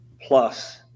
plus